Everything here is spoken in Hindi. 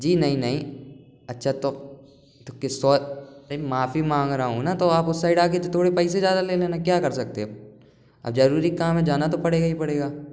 जी नहीं नहीं अच्छा तो नहीं माफ़ी माँग रहा हूँ ना तो आप उस साइड आ कर थोड़े पैसे ज्यादा ले लेना क्या कर सकते हैं अब अब जरूरी काम है तो जाना तो पड़ेगा ही पड़ेगा